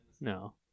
No